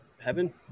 Heaven